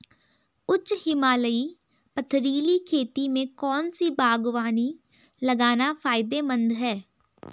उच्च हिमालयी पथरीली खेती में कौन सी बागवानी लगाना फायदेमंद है?